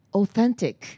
authentic